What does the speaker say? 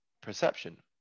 perception